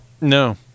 No